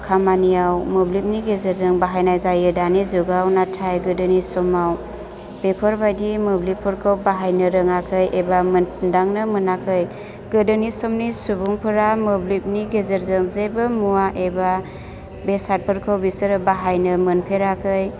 खामानियाव मोब्लिबनि गेजेरजों बाहायनाय जायो दानि जुगाव नाथाय गोदोनि समाव बेफोरबायदि मोब्लिबफोरखौ बाहायनो रोङाखै एबा मोनदांनो मोनाखै गोदोनि समनि सुबुंफोरा मोब्लिबनि गेजेरजों जेबो मुवा एबा बेसादफोरखौ बिसोरो बाहायनो मोनफेराखै